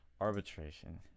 Arbitration